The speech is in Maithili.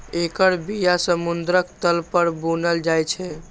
एकर बिया समुद्रक तल पर बुनल जाइ छै